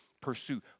pursue